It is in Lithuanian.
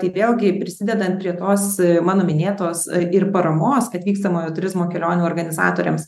tai vėlgi prisidedant prie tos mano minėtos ir paramos atvykstamojo turizmo kelionių organizatoriams